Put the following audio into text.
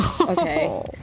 Okay